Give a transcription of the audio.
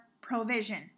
provision